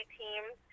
teams